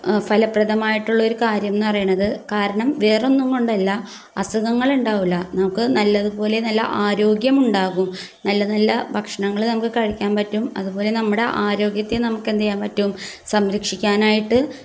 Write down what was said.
ഫലപ്രദമായിട്ടുള്ളൊരു കാര്യം എന്നു പറയണത് കാരണം വേറെയൊന്നുംകൊണ്ടല്ല അസുഖങ്ങളുണ്ടാവില്ല നമുക്ക് നല്ലതുപോലെ നല്ല ആരോഗ്യമുണ്ടാകും നല്ല നല്ല ഭക്ഷണങ്ങൾ നമുക്ക് കഴിക്കാൻ പറ്റും അതുപോലെ നമ്മുടെ ആരോഗ്യത്തെ നമുക്ക് എന്തു ചെയ്യാൻ പറ്റും സംരക്ഷിക്കാനായിട്ട്